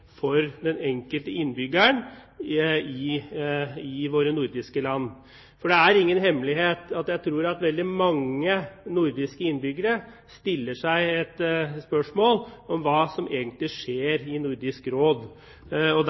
for den enkelte innbygger i våre nordiske land. Det er ingen hemmelighet at veldig mange nordiske innbyggere stiller seg spørsmålet om hva som egentlig skjer i Nordisk Råd. Det er vi som har ansvaret for å forklare innbyggerne det, og